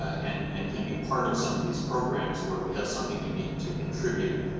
and and can be part of some of these programs, where we have something unique to contribute.